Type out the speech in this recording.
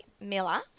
Miller